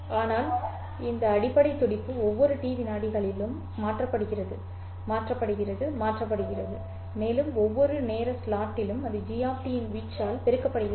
ஆனால் இந்த அடிப்படை துடிப்பு ஒவ்வொரு T விநாடிகளாலும் மாற்றப்படுகிறது மாற்றப்படுகிறது மாற்றப்படுகிறது மேலும் ஒவ்வொரு நேர ஸ்லாட்டிலும் அது g இன் வீச்சு பெருக்கப்படுகிறது